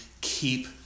keep